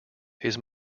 his